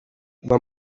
van